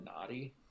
naughty